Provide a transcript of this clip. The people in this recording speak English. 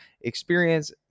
experience